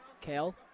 Kale